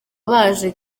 baje